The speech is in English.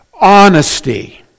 honesty